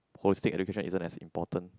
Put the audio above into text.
holistic education isn't as important